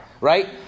Right